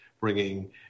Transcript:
bringing